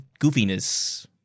goofiness